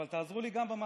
אבל תעזרו לי גם במאבקים.